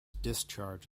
discharge